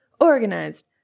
organized